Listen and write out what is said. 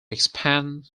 expand